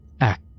act